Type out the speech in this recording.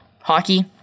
hockey